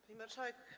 Pani Marszałek!